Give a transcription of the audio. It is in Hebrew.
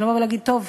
ולבוא ולהגיד: טוב,